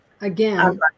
Again